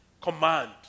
command